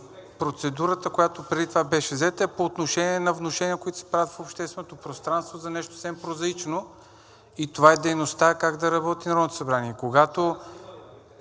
Процедурата, която преди това беше взета, е по отношение на внушения, които се правят в общественото пространство за нещо съвсем прозаично, и това е дейността – как да работи Народното събрание. Когато